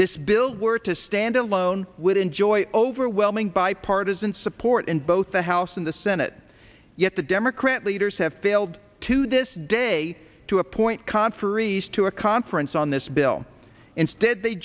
this bill were to stand alone would enjoy overwhelming bipartisan support in both the house and the senate yet the democrat leaders have failed to this day to appoint conferees to a conference on this bill instead they